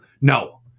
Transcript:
no